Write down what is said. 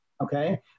Okay